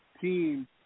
team